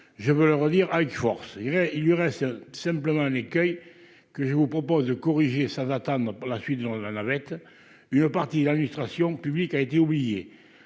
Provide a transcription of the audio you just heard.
je veux le redire à une force, il lui reste simplement un écueil que je vous propose de corriger ça va tendre pour la suite, dans la navette, une partie de l'administration publique a été oublié,